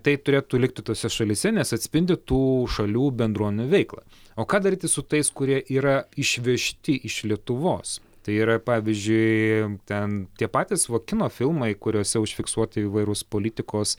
tai turėtų likti tose šalyse nes atspindi tų šalių bendruomenių veiklą o ką daryti su tais kurie yra išvežti iš lietuvos tai yra pavyzdžiui ten tie patys va kino filmai kuriuose užfiksuoti įvairūs politikos